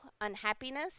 unhappiness